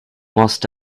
must